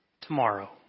tomorrow